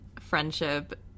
friendship